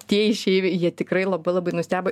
tie išeiviai jie tikrai labai labai nustebo